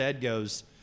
goes